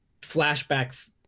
flashback